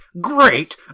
great